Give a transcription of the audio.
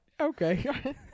Okay